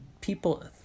people